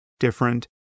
different